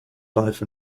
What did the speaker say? life